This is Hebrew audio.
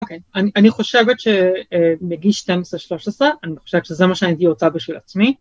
אוקיי, אני חושבת שמגיש 12-13, אני חושבת שזה מה שהייתי רוצה בשביל עצמי.